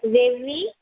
रविः